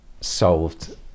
solved